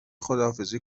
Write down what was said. خداحافظی